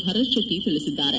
ಭರತ್ ಶೆಟ್ಟಿ ತಿಳಿಸಿದ್ದಾರೆ